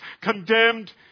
condemned